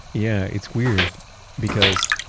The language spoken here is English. yeah, it's weird because